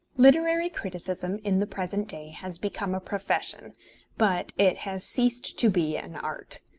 literary criticism in the present day has become a profession but it has ceased to be an art.